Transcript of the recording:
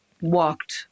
walked